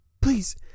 Please